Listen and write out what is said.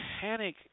panic